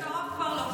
בקרוב כבר לא.